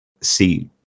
see